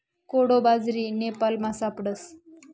कोडो बाजरी नेपालमा सापडस